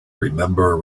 remember